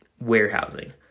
warehousing